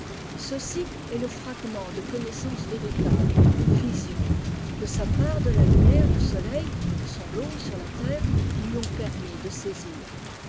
ceci est le fragment de connaissance véritable ou vision que sa part de la lumière du soleil son lot sur la terre lui ont permis de saisir